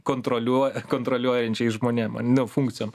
kontroliuo kontroliuojančiais žmonėm nu funkcijom